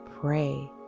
pray